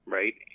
right